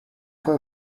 for